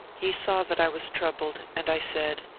he saw that i was troubled, and i said,